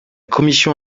commission